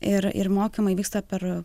ir ir mokymai vyksta per